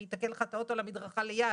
שיתקן לך את האוטו על המדרכה ליד,